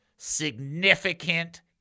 significant